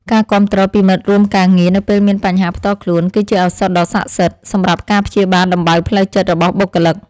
ការគាំទ្រពីមិត្តរួមការងារនៅពេលមានបញ្ហាផ្ទាល់ខ្លួន គឺជាឱសថដ៏ស័ក្តិសិទ្ធិសម្រាប់ការព្យាបាលដំបៅផ្លូវចិត្តរបស់បុគ្គលិក។